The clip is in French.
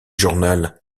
journal